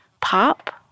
pop